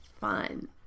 fun